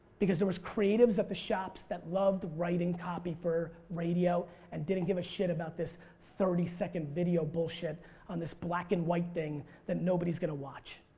because there was creatives at the shops that loved writing copy for radio and didn't give a shit about this thirty second video bullshit on this black-and-white thing that nobody's gonna watch.